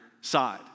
side